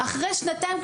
אחרי שנתיים,